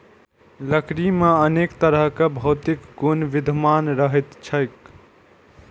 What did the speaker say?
लकड़ी मे अनेक तरहक भौतिक गुण विद्यमान रहैत छैक